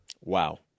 Wow